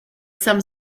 some